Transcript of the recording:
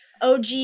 OG